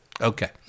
Okay